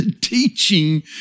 teaching